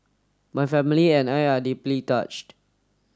my family and I are deeply touched